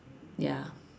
ya